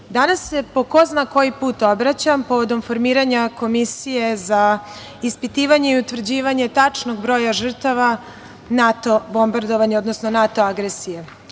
danas se po ko zna koji put obraćam povodom formiranja komisije za ispitivanje i utvrđivanje tačnog broja žrtava NATO bombardovanja, odnosno NATO agresije. Prvi